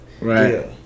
Right